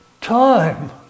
Time